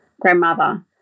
grandmother